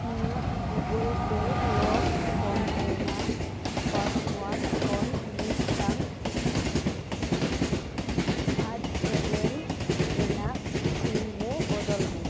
ᱤᱧᱟᱹᱜ ᱨᱮᱱᱟᱜ ᱠᱷᱚᱱ ᱢᱤᱫᱴᱟᱝ ᱟᱴ ᱮᱞ ᱮᱞ ᱨᱮᱱᱟᱜ ᱨᱮ ᱵᱚᱫᱚᱞ ᱢᱮ